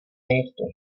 venku